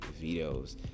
vetoes